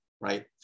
right